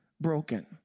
broken